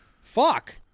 fuck